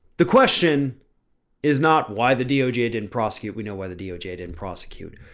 the question is not why the doj didn't prosecute. we know why the doj yeah didn't prosecute.